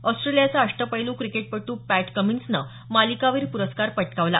ऑस्ट्रेलियाचा अष्टपैल् क्रिकेटपटू पॅट कमिन्सनं मालिकावीर प्रस्कार पटकावला